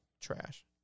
trash